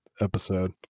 episode